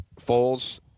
Foles